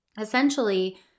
Essentially